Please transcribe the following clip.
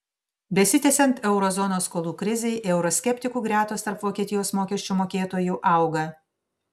besitęsiant euro zonos skolų krizei euroskeptikų gretos tarp vokietijos mokesčių mokėtojų auga